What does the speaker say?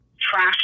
trash